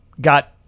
got